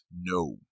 No